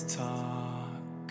talk